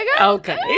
Okay